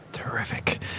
Terrific